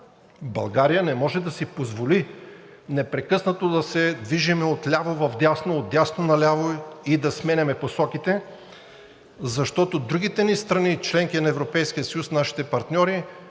България не може да си позволи непрекъснато да се движи отляво надясно, отдясно наляво и да сменяме посоките. Защото другите страни –членки на Европейския съюз, нашите партньори